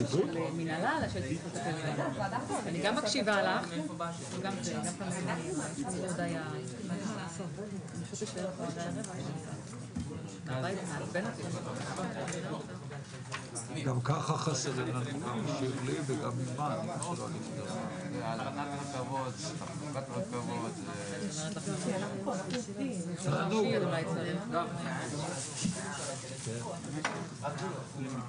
הישיבה ננעלה בשעה 15:10.